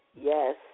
Yes